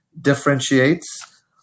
differentiates